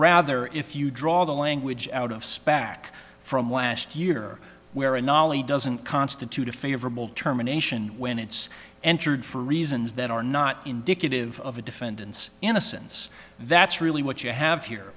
rather if you draw the language out of spac from last year where a knowledge doesn't constitute a favorable terminations when it's entered for reasons that are not indicative of a defendant's innocence that's really what you have here